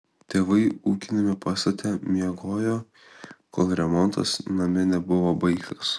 tėvai ūkiniame pastate miegojo kol remontas name nebuvo baigtas